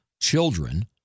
children